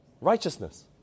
Righteousness